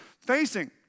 facing